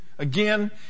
Again